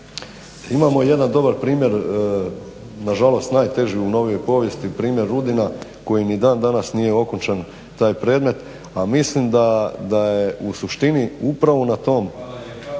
Imamo jedan dobar primjer nažalost najteži u novijoj povijesti primjer Rudina koji ni dan danas nije okončan taj predmet, a mislim da je u suštini upravi na tom